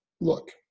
look